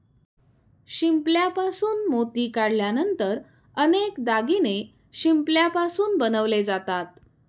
शिंपल्यापासून मोती काढल्यानंतर अनेक दागिने शिंपल्यापासून बनवले जातात